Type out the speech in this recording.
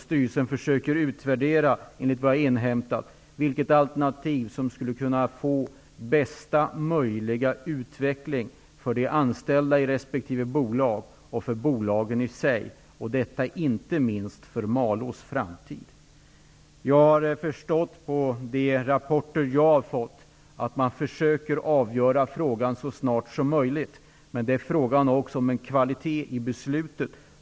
Styrelsen försöker utvärdera vilket alternativ som skulle resultera i den bästa möjliga utvecklingen för de anställda i resp. bolag och för bolagen i sig. Detta är inte minst viktigt för Malås framtid. Jag har förstått, av de rapporter jag har fått, att man skall försöka avgöra frågan så snart som möjligt. Men det är också fråga om att få kvalitet i beslutet.